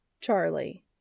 Charlie